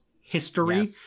history